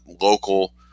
local